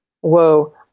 Whoa